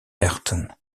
ayrton